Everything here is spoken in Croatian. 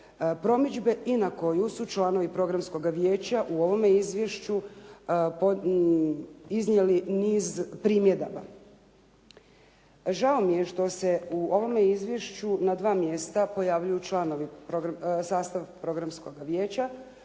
promidžbe i na koju su članovi programskoga vijeća u ovome izvješću iznijeli niz primjedaba. Žao mi je što se u ovome izvješću na dva mjesta pojavljuju članovi sastava programskoga vijeća